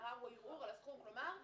ערר או ערעור על הסכום..." כלומר,